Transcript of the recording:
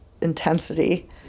intensity